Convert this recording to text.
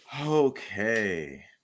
Okay